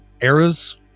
eras